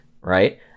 right